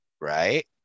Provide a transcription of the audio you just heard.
Right